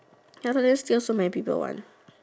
ya lor then still so many people want